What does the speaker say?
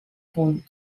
punt